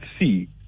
see